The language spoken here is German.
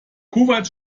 kuwait